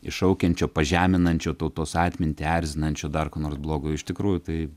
iššaukiančio pažeminančio tautos atmintį erzinančio dar ko nors blogo iš tikrųjų tai